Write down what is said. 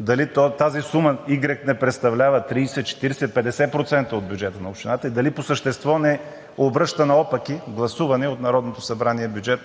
дали тази сума игрек не представлява 30, 40, 50% от бюджета на общината и дали по същество не обръща наопаки гласувания от Народното събрание бюджет